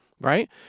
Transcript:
right